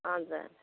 हजुर